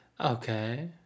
Okay